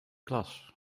klas